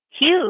huge